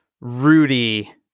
Rudy